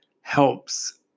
helps